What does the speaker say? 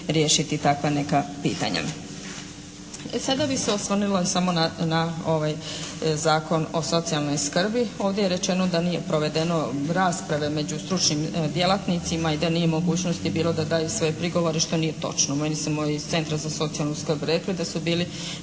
riješiti takva neka pitanja. Sada bih se osvrnula samo na ovaj Zakon o socijalnoj skrbi. Ovdje je rečeno da nije provedeno rasprave među stručnim djelatnicima i da nije u mogućnosti bilo da daju svoje prigovore što nije točno, meni su moji iz centra za socijalnu skrb rekli da su bili